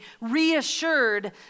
reassured